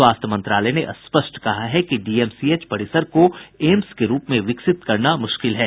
स्वास्थ्य मंत्रालय ने स्पष्ट कहा है कि डीएमसीएच परिसर को एम्स के रूप में विकसित करना मुश्किल है